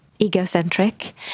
egocentric